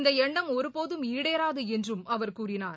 இந்த எண்ணம் ஒருபோதும் ஈடேறாது என்றும் அவர் கூறினார்